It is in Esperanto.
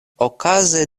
okaze